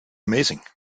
amazing